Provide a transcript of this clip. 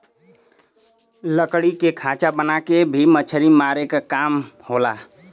लकड़ी के खांचा बना के भी मछरी मारे क काम होला